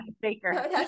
baker